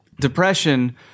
depression